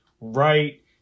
right